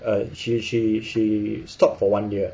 uh she she she stopped for one year